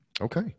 Okay